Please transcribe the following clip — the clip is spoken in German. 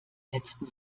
letzten